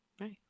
Right